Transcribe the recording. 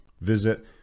Visit